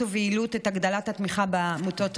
וביעילות את הגדלת התמיכה בעמותות הנ"ל,